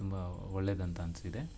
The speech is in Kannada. ತುಂಬ ಒಳ್ಳೇದು ಅಂತ ಅನಿಸಿದೆ